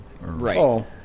Right